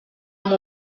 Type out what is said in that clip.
amb